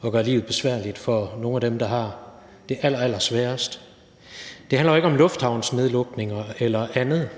og gør livet besværligt for nogle af dem, der har det allerallersværest. Det handler jo ikke om lufthavnsnedlukninger eller andet,